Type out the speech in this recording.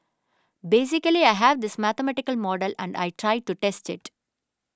basically I have this mathematical model and I tried to test it